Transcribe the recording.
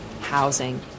housing